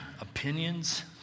opinions